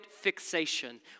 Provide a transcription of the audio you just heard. fixation